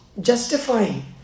Justifying